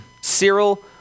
Cyril